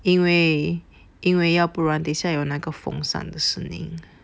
因为因为要不然等下有那个风扇的声音